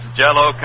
jello